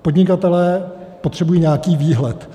Podnikatelé potřebují nějaký výhled.